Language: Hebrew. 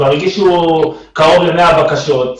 כבר הגישו קרוב ל-100 בקשות.